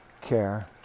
care